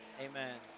Amen